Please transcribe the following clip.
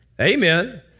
amen